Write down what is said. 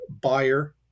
buyer